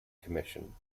commission